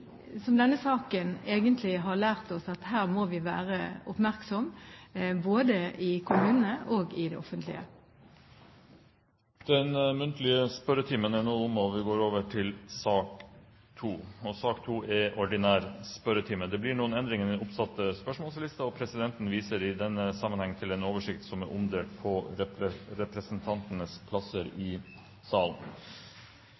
denne saken har lært oss: Her må vi være oppmerksomme, både i kommunene og i det offentlige. Dermed er den muntlige spørretimen omme. Det er noen endringer i den oppsatte spørsmålslisten. Presidenten viser i den sammenheng til den oversikt som er omdelt på representantenes plasser i